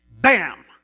bam